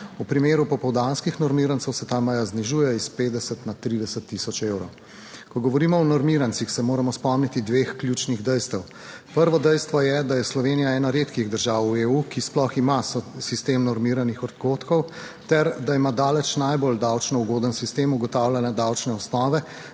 V primeru popoldanskih normirancev se ta meja znižuje iz 50 na 30 tisoč evrov. Ko govorimo o normirancih, se moramo spomniti dveh ključnih dejstev. Prvo dejstvo je, da je Slovenija ena redkih držav v EU, ki sploh ima sistem normiranih odhodkov ter da ima daleč najbolj davčno ugoden sistem ugotavljanja davčne osnove.